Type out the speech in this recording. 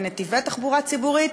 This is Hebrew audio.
בנתיבי תחבורה ציבורית,